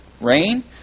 rain